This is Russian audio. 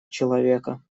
человека